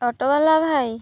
ଅଟୋବାଲା ଭାଇ